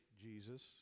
Jesus